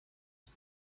طول